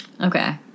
Okay